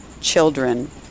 children